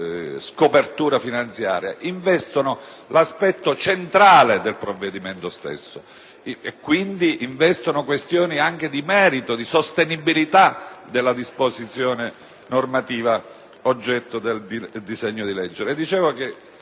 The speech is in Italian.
copertura finanziaria investono l'aspetto centrale del provvedimento stesso, quindi anche questioni di merito e di sostenibilità della disposizione normativa oggetto del disegno di legge.